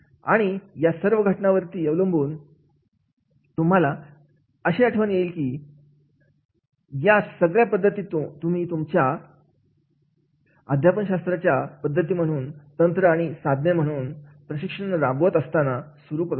आहे आणि या सर्व घटना वरती अवलंबून तुम्हाला अशी आठवण येईल की या सगळ्या पद्धती तुम्ही तुमच्या अध्यापन शास्त्राच्या पद्धती म्हणून तंत्र आणि साधने म्हणून प्रशिक्षण राबवत असतानावापर करू शकता